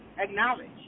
Acknowledge